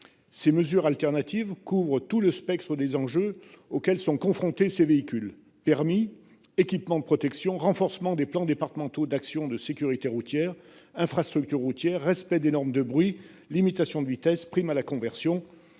Ces mesures alternatives couvre tout le spectre des enjeux auxquels sont confrontés ces véhicules permis équipements de protection, renforcement des plans départementaux d'actions de sécurité routière infrastructure routière, respect des normes de bruit limitations de vitesse prime à la conversion